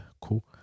cool